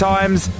Times